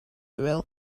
well